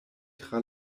tra